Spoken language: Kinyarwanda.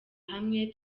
hamwe